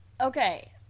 okay